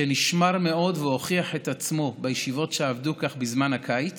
שנשמר מאוד והוכיח את עצמו בישיבות שעבדו כך בזמן הקיץ,